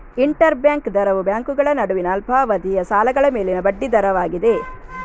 inter bank ದರವು ಬ್ಯಾಂಕುಗಳ ನಡುವಿನ ಅಲ್ಪಾವಧಿಯ ಸಾಲಗಳ ಮೇಲಿನ ಬಡ್ಡಿ ದರವಾಗಿದೆ